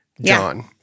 John